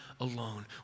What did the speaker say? alone